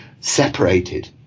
separated